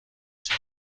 جای